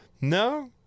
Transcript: no